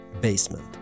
Basement